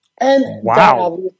Wow